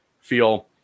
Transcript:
feel